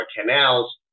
canals